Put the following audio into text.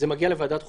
זה מגיע לוועדת חוקה,